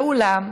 ואולם,